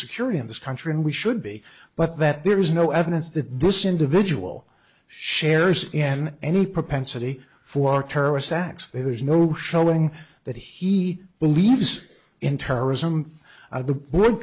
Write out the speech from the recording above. security in this country and we should be but that there is no evidence that this individual shares in any propensity for terrorist acts there is no showing that he believes in terrorism of the